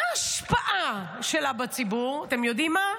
מה ההשפעה שלה בציבור, אתם יודעים מה?